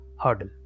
hurdle